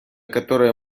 которого